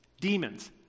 demons